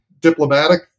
diplomatic